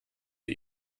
die